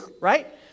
right